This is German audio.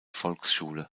volksschule